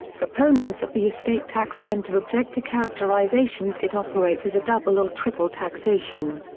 proponents of the estate tax tend to object to characterizations it operates as a double or triple taxation.